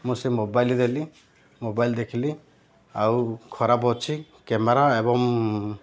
ମୁଁ ସେ ମୋବାଇଲ ଦେଲି ମୋବାଇଲ ଦେଖିଲି ଆଉ ଖରାପ ଅଛି କ୍ୟାମେରା ଏବଂ